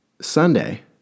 Sunday